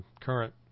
current